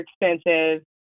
expensive